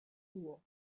duo